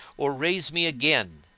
or raise me again,